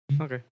Okay